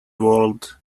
world